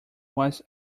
was